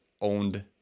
owned